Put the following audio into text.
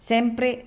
Sempre